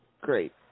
Great